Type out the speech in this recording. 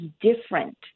different